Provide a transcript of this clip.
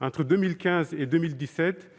Entre 2015 et 2017,